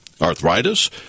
arthritis